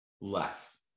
less